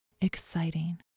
exciting